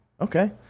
okay